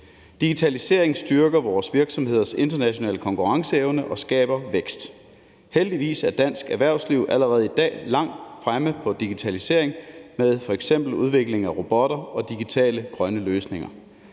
Digitalisering styrker vores virksomheders internationale konkurrenceevne og skaber vækst. Heldigvis er dansk erhvervsliv allerede i dag langt fremme i forhold til digitalisering med f.eks. udvikling af robotter og digitale grønne løsninger.